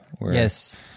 Yes